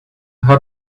how